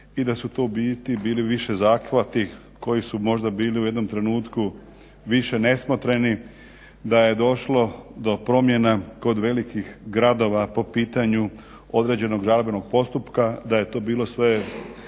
i da su to u biti bili više zahvati koji su možda bili u jednom trenutku više nesmotreni, da je došlo do promjena kod velikih gradova po pitanju određenog žalbenog postupka, da je to bilo sve